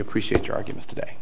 appreciate your argument today